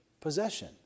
possession